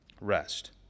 rest